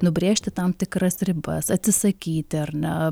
nubrėžti tam tikras ribas atsisakyti ar ne